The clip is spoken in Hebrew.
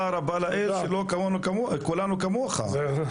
לא אף אחד אחר,